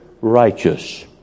righteous